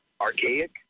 archaic